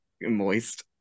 Moist